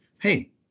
hey